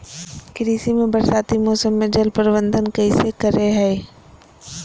कृषि में बरसाती मौसम में जल प्रबंधन कैसे करे हैय?